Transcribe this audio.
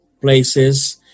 places